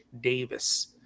Davis